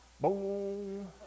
Boom